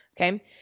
Okay